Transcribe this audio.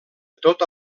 tota